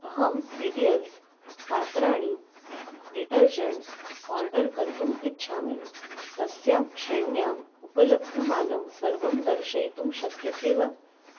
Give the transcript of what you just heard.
अहं सीरियल्स् पात्राणि detergents order कर्तुम् इच्छामि तस्यां श्रेण्याम् उपलब्धमानं सर्वं दर्शयितुं शक्यसे वा